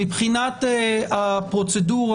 מבחינת הפרוצדורה,